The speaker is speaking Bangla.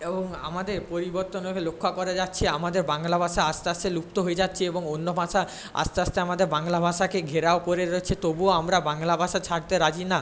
এবং আমাদের পরিবর্তনভাবে লক্ষ্য করা যাচ্ছে আমাদের বাংলা ভাষা আস্তে আস্তে লুপ্ত হয়ে যাচ্ছে এবং অন্য ভাষা আস্তে আস্তে আমাদের বাংলা ভাষাকে ঘেরাও করে রয়েছে তবুও আমরা বাংলা ভাষা ছাড়তে রাজি না